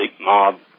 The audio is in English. mob